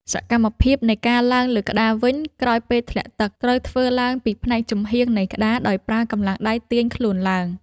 សកម្មភាពនៃការឡើងលើក្តារវិញក្រោយពេលធ្លាក់ទឹក ត្រូវធ្វើឡើងពីផ្នែកចំហៀងនៃក្តារដោយប្រើកម្លាំងដៃទាញខ្លួនឡើង។